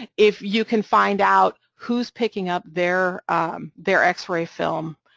and if you can find out who's picking up their their x-ray film,